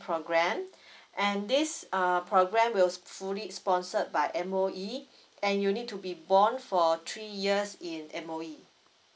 program and this ah program will fully sponsored by M_O_E and you need to be bond for three years in M_O_E